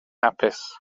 hapus